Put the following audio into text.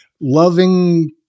loving